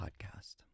Podcast